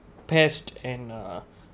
pest and uh